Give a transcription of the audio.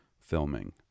filming